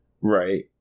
Right